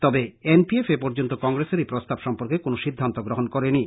তবে এনপিএফ এপর্যন্ত কংগ্রেসের এই প্রস্তাব সম্পর্কে কোনো সিদ্ধান্ত গ্রহণ করেনি